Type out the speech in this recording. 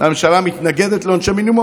לממשלה מתנגדת לעונשי מינימום,